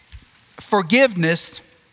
forgiveness